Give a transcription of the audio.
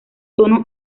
tono